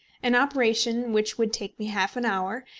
an operation which would take me half an hour,